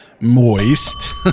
Moist